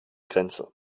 grenze